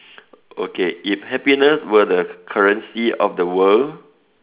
okay if happiness were the currency of the world